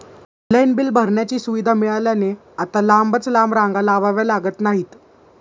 online bill भरण्याची सुविधा मिळाल्याने आता लांबच लांब रांगा लावाव्या लागत नाहीत